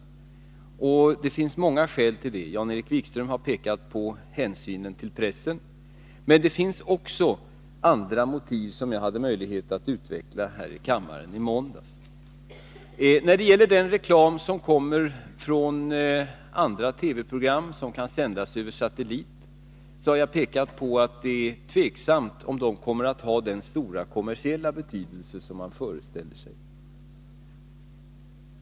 Det finns många skäl till det. Jan-Erik Wikström har pekat på hänsynen till pressen. Det finns också andra motiv, som jag hade möjlighet att utveckla här i kammaren i måndags. När det gäller den reklam som kommer från andra TV-program som kan sändas över satellit har jag pekat på att det är tveksamt om de kommer att ha den stora kommersiella betydelse som man föreställer sig.